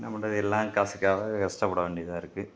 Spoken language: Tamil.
என்ன பண்ணுறது எல்லாம் காசுக்காக தான் கஷ்டப்பட வேண்டியதாக இருக்கு